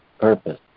purpose